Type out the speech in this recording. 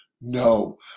No